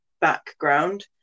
background